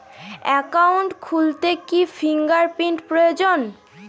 Account খুলতে কি fingerprint প্রয়োজন?